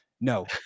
No